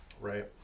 right